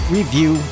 review